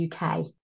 uk